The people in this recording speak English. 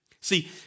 See